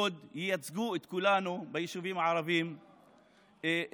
עוד ייצגו את כולנו ביישובים הערביים בכבוד.